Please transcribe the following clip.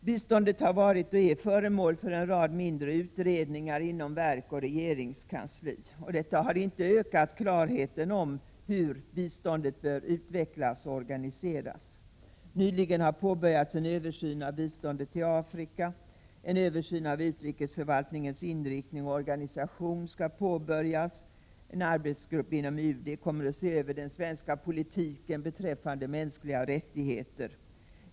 Biståndet har varit och är föremål för en rad mindre utredningar inom verk och regeringskansli, och detta har inte ökat klarheten om hur biståndet bör utvecklas och organiseras. En översyn av biståndet till Afrika har nyligen påbörjats, och en översyn av utrikesförvaltningens inriktning och organisation skall påbörjas. En arbetsgrupp inom UD kommer att se över den svenska politiken beträffande mänskliga rättigheter.